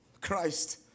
Christ